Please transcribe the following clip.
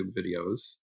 videos